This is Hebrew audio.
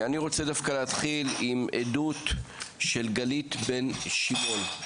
אני רוצה דווקא להתחיל עם עדות של גלית בן שימול.